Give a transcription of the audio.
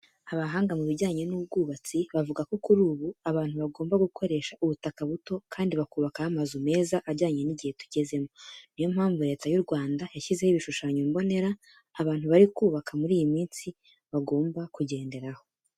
Abahanga mu bijyanye n'ubwubatsi bavuga ko kuri ubu, abantu bagomba gukoresha ubutaka buto kandi bakubakaho amazu meza ajyanye n'igihe tugezemo. Niyo mpamvu Leta y'u Rwanda yashyizeho ibishushanyo mbonera abantu bose bari kubaka muri iyi minsi bagomba kugenderaho.